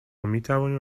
میتوانیم